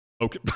Okay